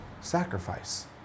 sacrifice